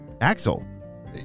Axel